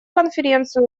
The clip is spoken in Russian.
конференцию